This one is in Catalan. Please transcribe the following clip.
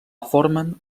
formen